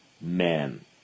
men